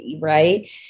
right